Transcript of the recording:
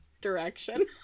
direction